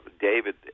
david